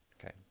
Okay